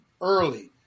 early